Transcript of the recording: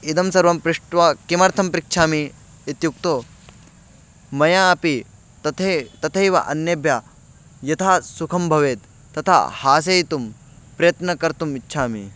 इदं सर्वं पृष्ट्वा किमर्थं पृच्छामि इत्युक्ते मया अपि तथा तथैव अन्येभ्यः यथा सुखं भवेत् तथा हासयितुं प्रयत्नं कर्तुम् इच्छामि